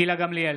גילה גמליאל,